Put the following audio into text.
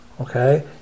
okay